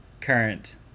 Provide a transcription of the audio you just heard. current